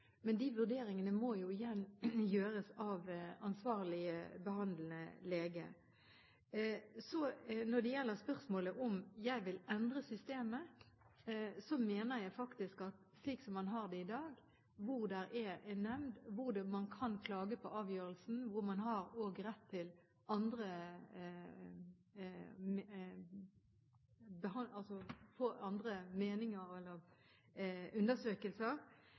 men de vurderingene må jo – igjen – gjøres av ansvarlig behandlende lege. Når det gjelder spørsmålet om jeg vil endre systemet, mener jeg faktisk at slik som man har det i dag, hvor det er en nemnd hvor man kan klage på avgjørelsen, og man også har rett til å få andre meninger og undersøkelser,